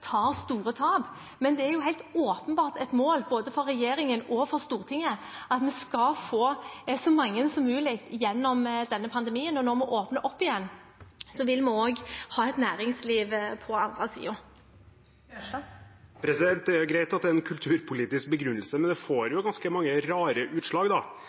store tap. Det er helt åpenbart et mål både for regjeringen og for Stortinget at vi skal få så mange som mulig gjennom denne pandemien. Når vi åpner opp igjen, vil vi også ha et næringsliv på den andre siden. Det er greit at det er en kulturpolitisk begrunnelse, men det får jo ganske mange rare utslag.